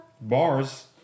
Bars